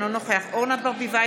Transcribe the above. אינו נוכח אורנה ברביבאי,